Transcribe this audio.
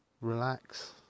relax